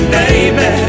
baby